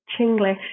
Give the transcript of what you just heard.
chinglish